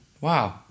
Wow